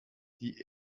die